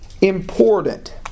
important